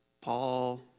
Paul